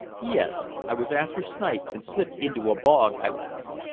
yes, i was after snipe, and slipped into a bog, i laughed.